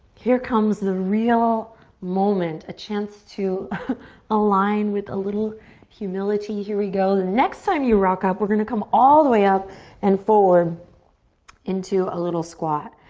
here comes the real moment, a chance to align with a little humility. here we go. the next time you rock up, we're gonna come all the way up and forward into a little squat.